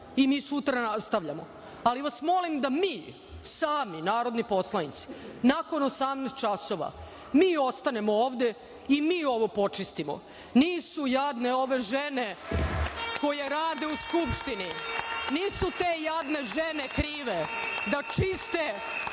i mi sutra nastavljamo, ali vas molim da mi sami, narodni poslanici, nakon 18.00 časova, mi ostanemo ovde i mi ovo počistimo. Nisu jadne ove žene koje rade u Skupštini, nisu te jadne žene krive da čiste